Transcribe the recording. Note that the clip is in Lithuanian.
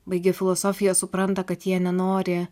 baigę filosofiją supranta kad jie nenori